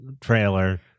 trailer